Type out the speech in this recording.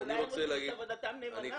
אולי הם עושים את עבודתם נאמנה,